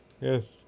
Yes